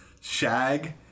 Shag